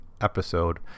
episode